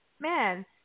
man